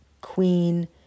Queen